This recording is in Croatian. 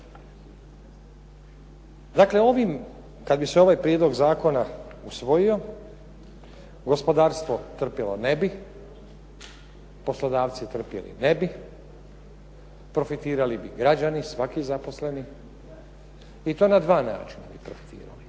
Dakle, kad bi se ovaj prijedlog zakona usvojio gospodarstvo trpjelo ne bi, poslodavci trpjeli ne bi, profitirali bi građani svaki zaposleni i to na dva načina bi profitirali.